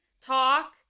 talk